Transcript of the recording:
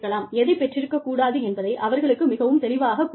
எதைப் பெற்றிருக்கக் கூடாது என்பதை அவர்களுக்கு மிகவும் தெளிவாகக் கூற வேண்டும்